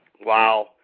Wow